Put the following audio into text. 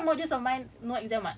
it's just insane